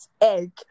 egg